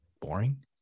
boring